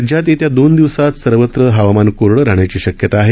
राज्यात येत्या दोन दिवसात सर्वत्र हवामान कोरड राहण्याची शक्यता आहे